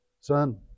son